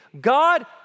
God